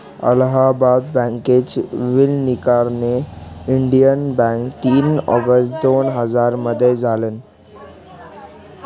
अलाहाबाद बँकेच विलनीकरण Indian bank तीन ऑगस्ट दोन हजार मध्ये झालं